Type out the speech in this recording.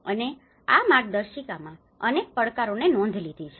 અને આ માર્ગદર્શિકામાં અનેક પડકારોને નોંધ લીધી છે